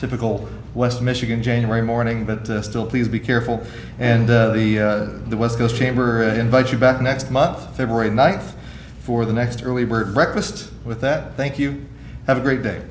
typical west michigan january morning but still please be careful and the west coast chamber invite you back next month february ninth for the next early bird breakfasts with that thank you have a great day